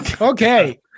okay